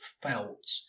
felt